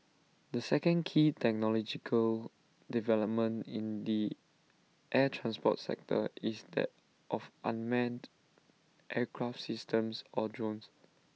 the second key technological development in the air transport sector is that of unmanned aircraft systems or drones